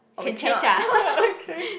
oh we cannot okay